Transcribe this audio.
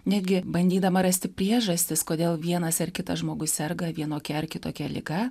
netgi bandydama rasti priežastis kodėl vienas ar kitas žmogus serga vienokia ar kitokia liga